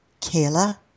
Kayla